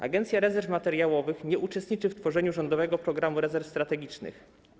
Agencja Rezerw Materiałowych nie uczestniczy w tworzeniu Rządowego Programu Rezerw Strategicznych.